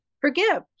forgive